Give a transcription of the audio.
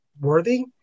worthy